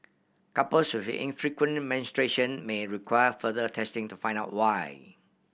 couples with infrequent menstruation may require further testing to find out why